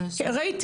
ראיתי,